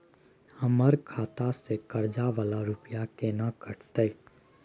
हमर खाता से कर्जा वाला रुपिया केना कटते?